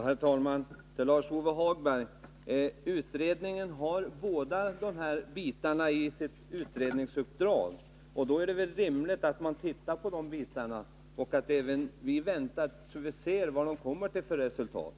Herr talman! Till Lars-Ove Hagberg vill jag säga att båda dessa bitar ingår i utredningsuppdraget. Då är det väl rimligt att man ser på dem först och väntar tills vi fått se vad utredningen kommer till för resultat.